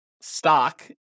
stock